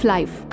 Life